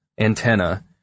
antenna